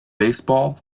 baseball